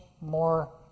more